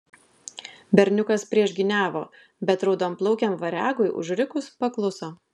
berniukas priešgyniavo bet raudonplaukiam variagui užrikus pakluso